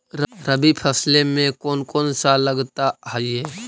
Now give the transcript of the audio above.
रबी फैसले मे कोन कोन सा लगता हाइय?